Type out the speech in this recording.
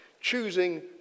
Choosing